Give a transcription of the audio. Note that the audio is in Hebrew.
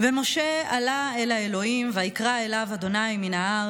"ומשה עלה אל האלוהים ויקרא אליו ה' מן ההר